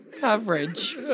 coverage